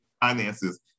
finances